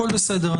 הכל בסדר,